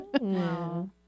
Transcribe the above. Wow